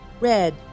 red